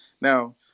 Now